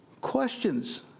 questions